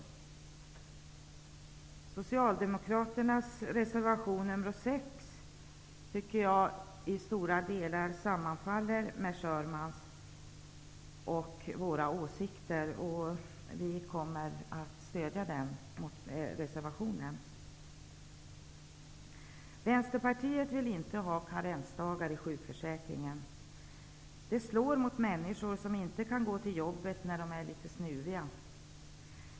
Jag tycker att Socialdemokraternas reservation nr 6 i stora delar sammanfaller med Schermans och våra åsikter. Vi i Vänsterpartiet kommer att stödja den reservationen. Vi i Vänsterpartiet vill inte ha karensdagar i sjukförsäkringen. Det slår mot människor som inte kan gå till jobbet när de är litet snuviga.